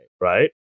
right